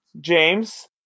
James